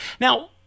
Now